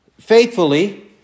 faithfully